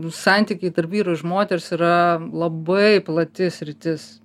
santykiai tarp vyro ir ž moters yra labai plati sritis